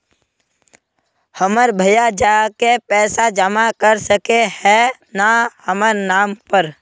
हमर भैया जाके पैसा जमा कर सके है न हमर नाम पर?